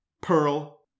Pearl